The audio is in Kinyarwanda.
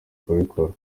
kubikora